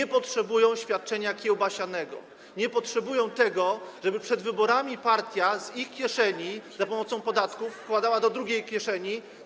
Nie potrzebują świadczenia kiełbasianego, nie potrzebują tego, żeby przed wyborami partia z ich kieszeni za pomocą podatków wkładała pieniądze do drugiej kieszeni.